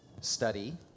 study